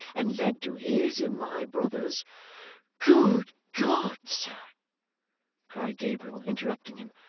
and led to his and my brother's good god, sir cried gabriel, interrupting him,